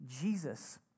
Jesus